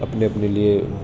اپنے اپنے لیے